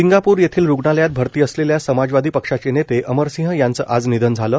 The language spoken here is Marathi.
सिंगापूर येथील रुग्णालयात भरती असलेल्या समाजवादी पक्षाचे नेते अमरसिंह यांचे आज निधन झाले